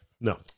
No